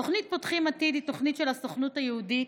תוכנית "פותחים עתיד" היא תוכנית של הסוכנות היהודית.